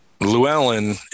Llewellyn